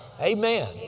Amen